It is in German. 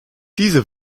diese